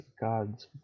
God's